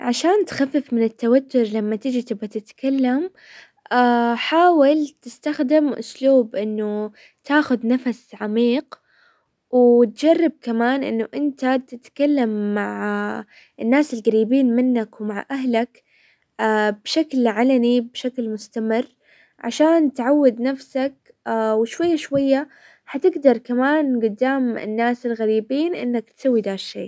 عشان تخفف من التوتر لما تجي تبى تتكلم، حاول تستخدم اسلوب انه تاخذ نفس عميق، وتجرب كمان انه انت تتكلم مع الناس القريبين منك ومع اهلك بشكل علني، بشكل مستمر، عشان تعود نفسك وشوية شوية حتقدر كمان قدام الناس الغريبين انك تسوي دا الشي.